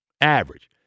average